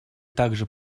также